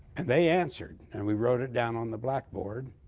and they answered. and we wrote it down on the blackboard.